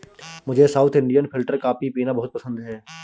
मुझे south Indian filter coffee पीना बहुत पसंद है